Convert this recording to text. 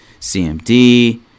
CMD